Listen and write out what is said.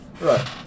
Right